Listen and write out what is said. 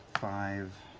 five,